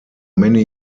many